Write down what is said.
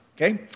Okay